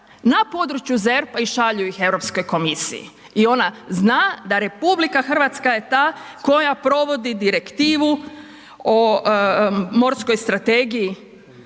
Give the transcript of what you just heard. na području ZERP-a i šalju ih Europskoj komisiji. I ona zna da Republika Hrvatska je ta koja provodi direktivu o morskoj strategiji